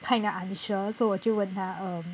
kinda unsure so 我就问他 um